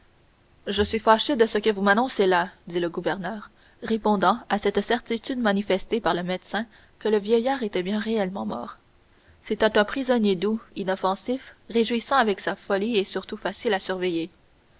je suis fâché de ce que vous m'annoncez là dit le gouverneur répondant à cette certitude manifestée par le médecin que le vieillard était bien réellement mort c'était un prisonnier doux inoffensif réjouissant avec sa folie et surtout facile à surveiller